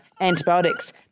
antibiotics